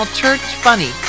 churchfunny